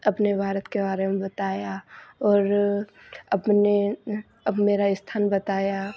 अपने भारत के बारे में बताया और अपने अब मेरा स्थान बताया